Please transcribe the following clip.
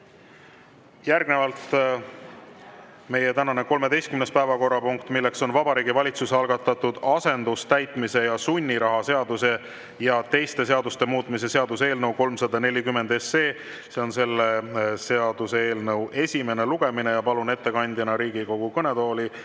Järgnevalt meie tänane 13. päevakorrapunkt, milleks on Vabariigi Valitsuse algatatud asendustäitmise ja sunniraha seaduse ja teiste seaduste muutmise seaduse eelnõu 340. See on seaduseelnõu esimene lugemine. Palun Riigikogu kõnetooli